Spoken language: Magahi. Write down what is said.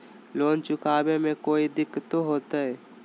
लोन चुकाने में कोई दिक्कतों होते?